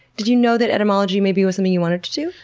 did you know that etymology maybe was something you wanted to do?